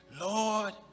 Lord